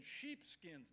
sheepskins